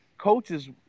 Coaches